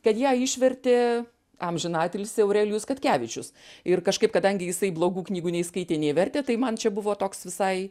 kad ją išvertė amžiną atilsį aurelijus katkevičius ir kažkaip kadangi jisai blogų knygų nei skaitė nei vertė tai man čia buvo toks visai